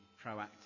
proactive